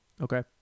Okay